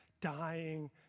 dying